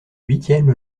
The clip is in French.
huitième